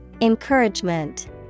Encouragement